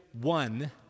one